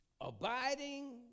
abiding